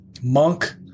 monk